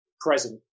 present